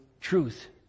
truth